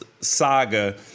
saga